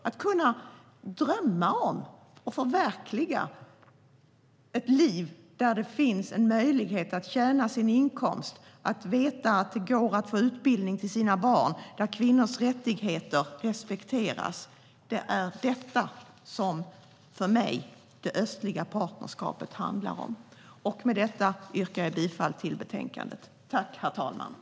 Att kunna drömma om och förverkliga ett liv där man har möjlighet till en inkomst, där man vet att det går att få utbildning till ens barn, där kvinnors rättigheter respekteras - för mig är det detta som det östliga partnerskapet handlar om. Med detta yrkar jag bifall till förslaget i betänkandet.